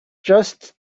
just